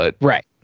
Right